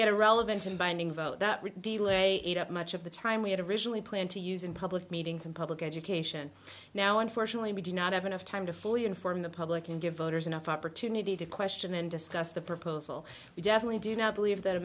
get a relevant and binding vote that would de lay eat up much of the time we had originally planned to use in public meetings and public education now unfortunately we do not have enough time to fully inform the public and give voters enough opportunity to question and discuss the proposal we definitely do not believe that